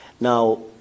Now